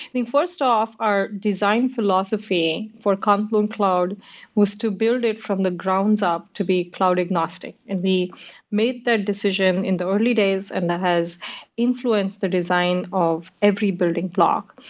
first off, our design philosophy for confluent cloud was to build it from the grounds up to be cloud agnostic and we made that decision in the early days and that has influenced the design of every building block.